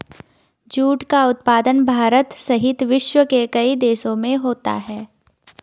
jute का उत्पादन भारत सहित विश्व के कई देशों में होता है